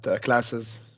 classes